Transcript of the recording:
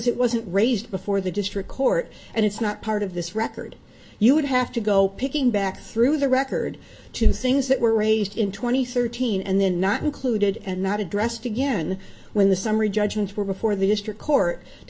it wasn't raised before the district court and it's not part of this record you would have to go picking back through the record two things that were raised in twenty thirty nine and then not included and not addressed again when the summary judgment were before the district court to